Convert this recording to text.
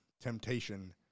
temptation